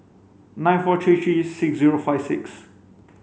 nine four three three six zero five six